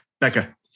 Becca